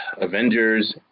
Avengers